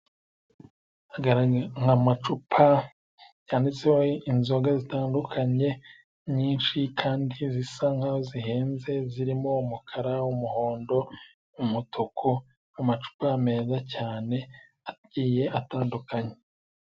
Amacupa yanditseho inzoga zitandukanye nyinshi, kandi zisa nk'aho zihenze. Zirimo umukara, umuhondo, umutuku, amacupa meza cyane agiye atandukanye.